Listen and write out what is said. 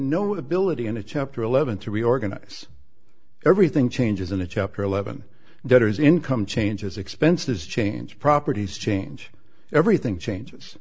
no ability in a chapter eleven to reorganize everything changes in the chapter eleven there is income changes expenses change properties change everything changes